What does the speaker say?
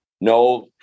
no